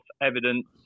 evidence